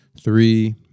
three